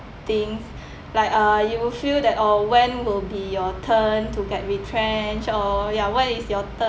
things like uh you will feel that orh when will be your turn to get retrenched or ya when is your turn